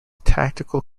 tactical